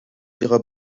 ihrer